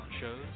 shows